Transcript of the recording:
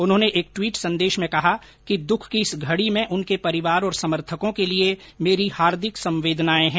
उन्होंने एक ट्वीट संदेश में कहा कि दुख की इस घड़ी में उनके परिवार और समर्थकों के लिए मेरी हार्दिक संवेदनाएं हैं